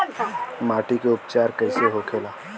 माटी के उपचार कैसे होखे ला?